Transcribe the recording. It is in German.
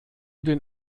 den